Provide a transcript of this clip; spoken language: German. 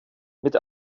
mit